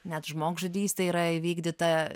net žmogžudystė yra įvykdyta